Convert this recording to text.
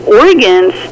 organs